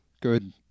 Good